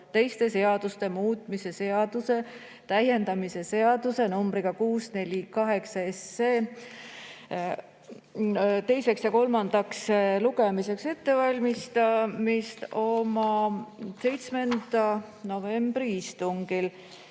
teiste seaduste muutmise seaduse täiendamise seaduse eelnõu numbriga 648 teiseks ja kolmandaks lugemiseks ettevalmistamist oma 7. novembri istungil.